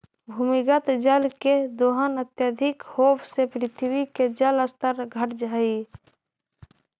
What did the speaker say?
भूमिगत जल के दोहन अत्यधिक होवऽ से पृथ्वी के जल स्तर घटऽ हई